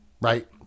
right